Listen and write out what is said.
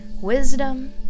Wisdom